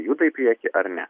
juda į priekį ar ne